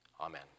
Amen